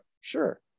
sure